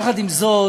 יחד עם זאת,